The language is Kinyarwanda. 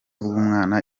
bw’umwana